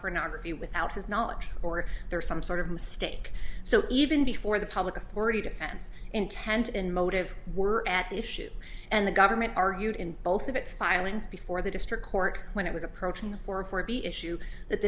pornography without his knowledge or there's some sort of mistake so even before the public authority defense intent and motive were at issue and the government argued in both of its filings before the district court when it was approaching or be issue that